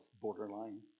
borderline